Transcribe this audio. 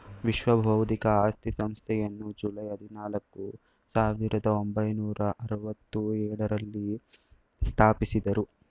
ವಿಶ್ವ ಬೌದ್ಧಿಕ ಆಸ್ತಿ ಸಂಸ್ಥೆಯನ್ನು ಜುಲೈ ಹದಿನಾಲ್ಕು, ಸಾವಿರದ ಒಂಬೈನೂರ ಅರವತ್ತ ಎಳುರಲ್ಲಿ ಸ್ಥಾಪಿಸಿದ್ದರು